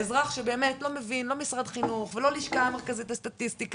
האזרח שלא מבין לא משרד חינוך ולא לשכה מרכזית לסטטיסטיקה,